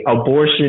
abortion